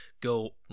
go